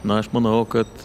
na aš manau kad